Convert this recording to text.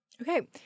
Okay